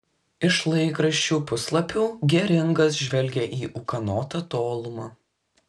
iš laikraščių puslapių geringas žvelgė į ūkanotą tolumą